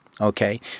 okay